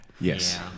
Yes